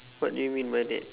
what do you mean by that